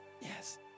Yes